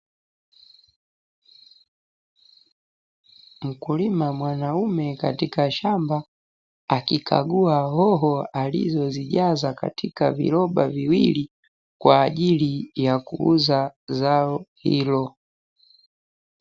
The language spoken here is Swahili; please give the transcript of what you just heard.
Mkulima mwanaume katika shamba akikagua hoho alizozijaza katika viroba viwili, kwa ajili ya kuuza zao hilo.